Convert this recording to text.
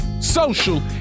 social